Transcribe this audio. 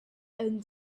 and